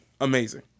amazing